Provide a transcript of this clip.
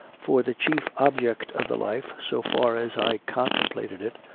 for the chief object of the life, so far as i contemplated it,